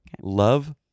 Love